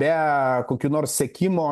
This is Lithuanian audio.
be kokių nors sekimo